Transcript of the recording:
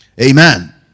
Amen